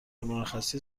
مرخصی